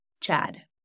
Chad